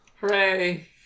Hooray